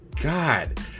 god